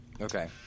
Okay